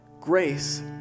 grace